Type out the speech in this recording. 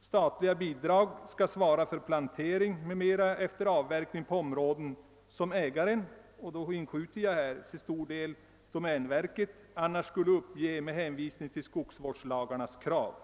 Statliga bidrag skall svara för plantering m.m. efter avverkning på områden som ägaren — och då inskjuter jag här: till stor del domänverket — annars skulle uppge med hänsyn till skogsvårdslagens krav.